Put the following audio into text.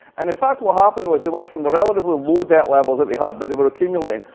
and in fact, what happened was they went from the relatively low debt levels that they had, but they were accumulating,